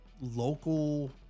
local